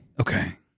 Okay